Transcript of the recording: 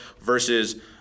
Versus